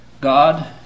God